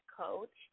coach